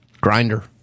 Grinder